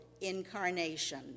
incarnation